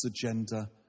agenda